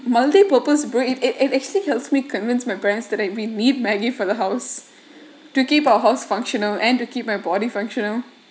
monday purpose brave it it actually helps me convince my parents that I may need maggie for the house to keep our house functional and to keep my body functional